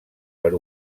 per